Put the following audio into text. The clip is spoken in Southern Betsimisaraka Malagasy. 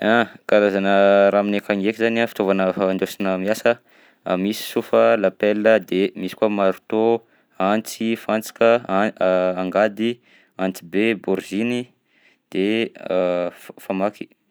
Ah, karazana raha aminay akagny ndraika zany a, fitaovana fandôsina miasa: misy sofa, lapela, de misy koa marteau, antsy, fantsika, a- angady, antsy be, bôriziny de f- famaky.